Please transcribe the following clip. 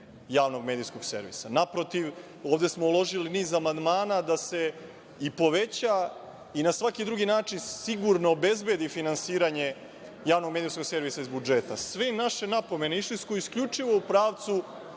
Javnog medijskog servisa. Naprotiv, ovde smo uložili niz amandmana da se i poveća i na svaki drugi način sigurno obezbedi finansiranje Javnog medijskog servisa iz budžeta. Sve naše napomene išle su isključivo u pravcu